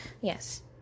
Yes